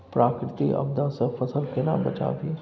प्राकृतिक आपदा सं फसल केना बचावी?